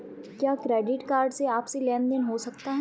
क्या credit card से आपसी लेनदेन हो सकता है?